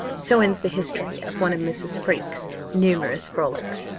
so ends the history of one of mrs. freke's numerous frolics.